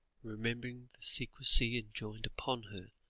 remembering the secrecy enjoined upon her,